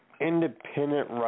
independent